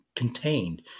contained